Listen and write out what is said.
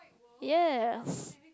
yes